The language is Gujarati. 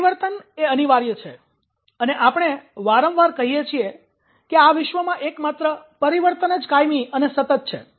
જુઓ પરિવર્તન એ અનિવાર્ય છે અને આપણે વારંવાર કહીએ પણ છીએ કે આ વિશ્વમાં એકમાત્ર પરિવર્તન જ કાયમી અને સતત છે